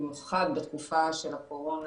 במיוחד בתקופה של הקורונה,